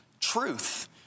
truth